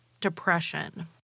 depression